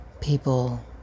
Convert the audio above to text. People